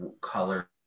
color